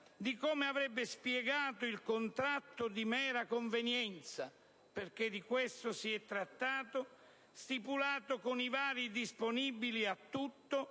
e come avrebbe spiegato il contratto di mera convenienza - perché di questo si è trattato - stipulato con i vari disponibili a tutto,